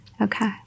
Okay